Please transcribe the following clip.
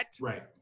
Right